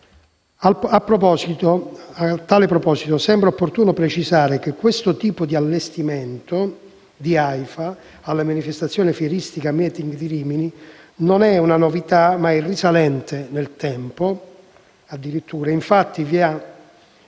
A tale proposito, sembra opportuno precisare che questo tipo di allestimento dell'Aifa alla manifestazione fieristica «Meeting» di Rimini non è una novità, ma è risalente nel tempo. Infatti, vi ha